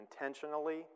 intentionally